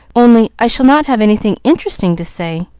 only i shall not have anything interesting to say.